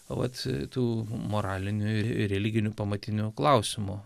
o vat tų moralinių religinių pamatinių klausimų